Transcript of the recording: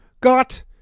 got